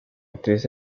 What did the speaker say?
actriz